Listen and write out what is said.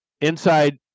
inside